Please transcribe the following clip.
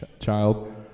child